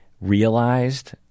realized